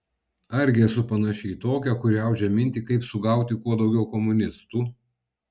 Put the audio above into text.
argi esu panaši į tokią kuri audžia mintį kaip sugauti kuo daugiau komunistų